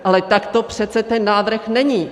Ale takto přece ten návrh není.